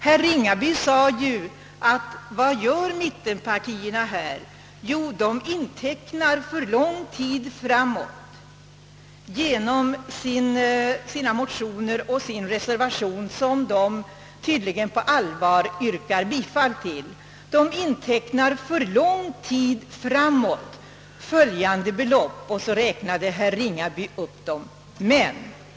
Herr Ringaby sade: Vad gör mittenpartierna med sina motioner och sin reservation, som de tydligen på allvar yrkar bifall till? Jo, de intecknar för lång tid framåt följande belopp, och så räknade herr Ringaby upp dessa.